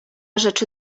rzeczy